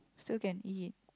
still can eat